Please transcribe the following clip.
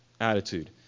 attitude